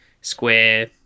square